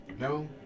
No